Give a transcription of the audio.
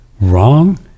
wrong